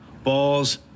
balls